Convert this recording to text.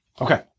Okay